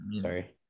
sorry